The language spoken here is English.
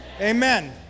Amen